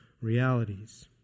realities